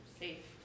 safe